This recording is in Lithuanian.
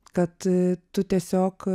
kad tu tiesiog